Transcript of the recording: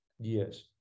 Yes